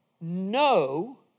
No